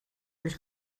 mich